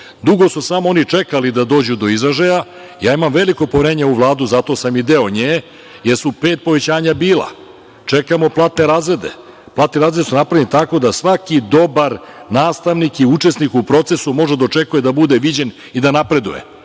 su samo oni čekali da dođu do izražaja. Imam veliku poverenje u Vladu, zato sam i deo nje, jer su pet povećanja bila. Čekamo platne razrede. Oni su napravljeni tako da svaki dobar nastavnik i učesnik u procesu može da očekuje da bude viđen i da napreduje.